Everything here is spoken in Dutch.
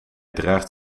draagt